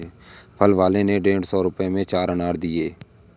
फल वाले ने डेढ़ सौ रुपए में चार अनार दिया